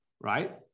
Right